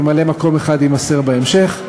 שם של ממלא-מקום אחד יימסר בהמשך.